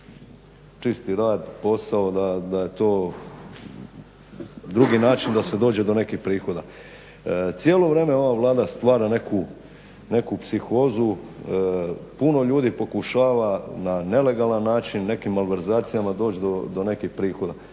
čisti rad, posao, da je to drugi način da se dođe do nekih prihoda. Cijelo vrijeme ova Vlada stvara neku psihozu. Puno ljudi pokušava na nelegalan način nekim malverzacijama doći do nekih prihoda.